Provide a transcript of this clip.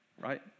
Right